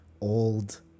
old